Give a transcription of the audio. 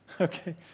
okay